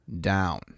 down